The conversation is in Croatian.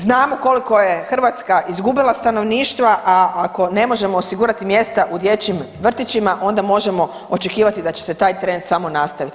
Znamo koliko je Hrvatska izgubila stanovništva, a ako ne možemo osigurati mjesta u dječjim vrtićima, onda možemo očekivati da će se taj trend samo nastaviti.